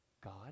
God